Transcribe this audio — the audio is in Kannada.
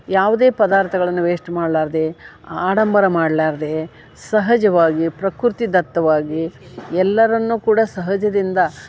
ಯಾವುದೇ ಪದಾರ್ಥಗಳನ್ನ ವೇಸ್ಟ್ ಮಾಡ್ಲಾರದೆ ಆಡಂಬರ ಮಾಡ್ಲಾರದೆ ಸಹಜವಾಗಿ ಪ್ರಕೃತಿದತ್ತವಾಗಿ ಎಲ್ಲರನ್ನು ಕೂಡ ಸಹಜದಿಂದ